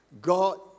God